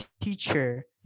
teacher